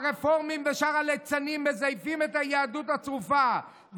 הרפורמים ושאר הליצנים מזייפים את היהדות הצרופה,